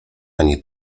ani